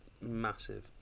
massive